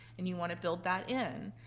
and you want to build that in.